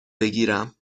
بگیرم